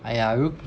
!aiya! 如